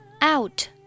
out